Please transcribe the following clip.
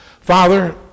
Father